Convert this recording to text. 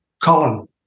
Colin